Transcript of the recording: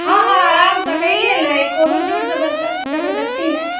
हँ हँ आराम सँ कए लेल नहि कोनो जोर जबरदस्ती नहि